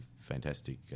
fantastic